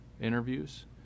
interviews